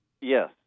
yes